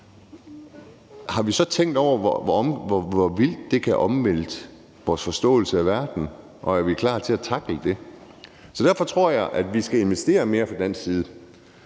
har vi så tænkt over, hvor vilde omvæltninger i vores forståelse af verden, det kan medføre, og er vi klar til at tackle det? Derfor tror jeg, vi skal investere mere fra dansk side;